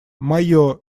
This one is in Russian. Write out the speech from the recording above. мое